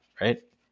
right